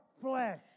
flesh